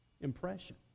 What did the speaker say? impression